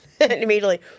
Immediately